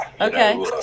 Okay